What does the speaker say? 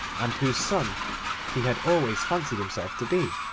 and whose son he had always fancied himself to be.